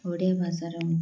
ଓଡ଼ିଆ ଭାଷାର